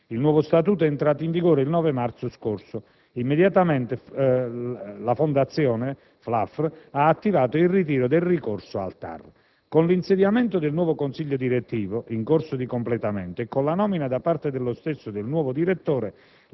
Il nuovo statuto è entrato in vigore il 9 marzo scorso; immediatamente, la fondazione FLAFR ha attivato il ritiro del ricorso al TAR. Con l'insediamento del nuovo Consiglio direttivo, in corso di completamento, e con la nomina, da parte dello stesso, del nuovo direttore,